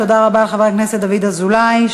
תודה רבה, חבר הכנסת דוד אזולאי.